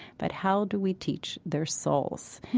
but how do we teach their souls?